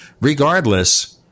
Regardless